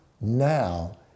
now